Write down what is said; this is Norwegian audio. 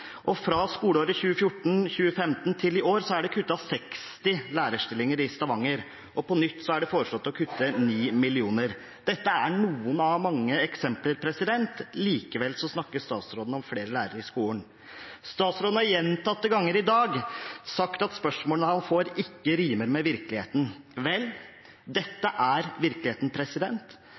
Og fra skoleåret 2014/2015 til i år er det kuttet 60 lærerstillinger i Stavanger, der det også på nytt er foreslått å kutte 9 mill. kr. Dette er noen av mange eksempler – likevel snakker statsråden om flere lærere i skolen. Statsråden har gjentatte ganger i dag sagt at spørsmålene han får, ikke rimer med virkeligheten. Vel, dette er virkeligheten.